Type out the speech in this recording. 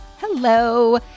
Hello